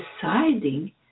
deciding